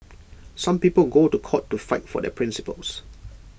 some people go to court to fight for their principles